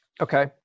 Okay